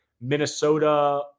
Minnesota